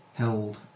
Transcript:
held